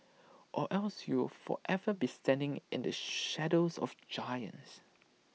or else you will forever be standing in the shadows of giants